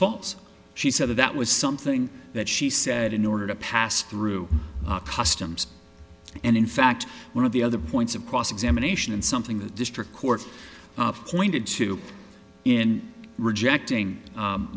false she said that that was something that she said in order to pass through customs and in fact one of the other points of cross examination and something the district court pointed to in rejecting